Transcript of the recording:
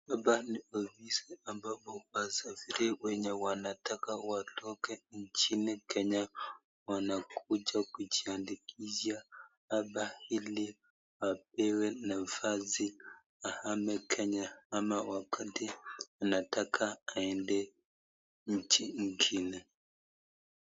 Hapa ni ofisi ambapo wasafiri wenye wanataka watoke nchini Kenya wanakuja kujiandikisha hapa ili wapewe nafasi ahame kenya ama wakati anataka aende nchi ingine.